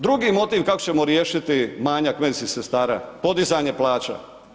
Drugi motiv kako ćemo riješiti manjak medicinskih sestara, podizanje plaća.